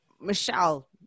Michelle